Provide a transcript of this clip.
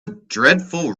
dreadful